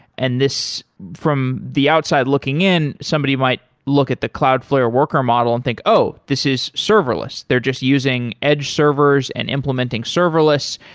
and from the outside looking in, somebody might look at the cloudflare worker model and think, oh! this is serverless. they're just using edge servers and implementing serverless,